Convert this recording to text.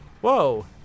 whoa